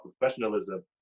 professionalism